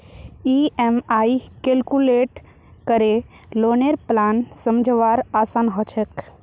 EMI calculate करे लौनेर plan समझवार आसान ह छेक